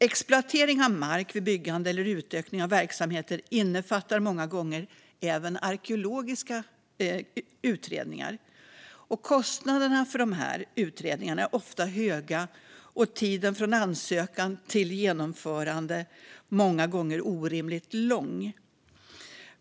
Exploatering av mark vid byggande eller utökning av verksamheter innefattar många gånger även arkeologiska utredningar. Kostnaderna för de utredningarna är ofta höga och tiden från ansökan till genomförande många gånger orimligt lång.